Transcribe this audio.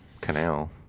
canal